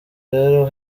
rero